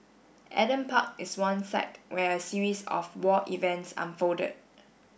Adam Park is one site where a series of war events unfolded